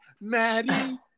Maddie